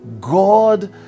God